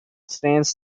stands